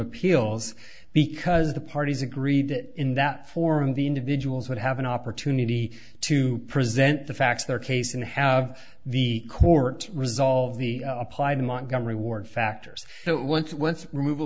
appeals because the parties agreed in that forum the individuals would have an opportunity to present the facts their case and have the court resolve the applied in montgomery ward factors so once once removal